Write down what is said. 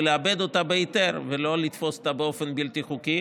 ולעבד אותה בהיתר ולא לתפוס אותה באופן בלתי חוקי,